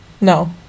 No